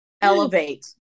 Elevate